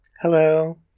Hello